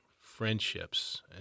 friendships